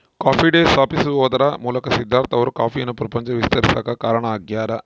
coffee Day ಸ್ಥಾಪಿಸುವದರ ಮೂಲಕ ಸಿದ್ದಾರ್ಥ ಅವರು ಕಾಫಿಯನ್ನು ಪ್ರಪಂಚದಲ್ಲಿ ವಿಸ್ತರಿಸಾಕ ಕಾರಣ ಆಗ್ಯಾರ